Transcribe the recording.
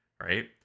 right